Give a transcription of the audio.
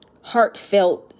heartfelt